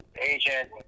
agent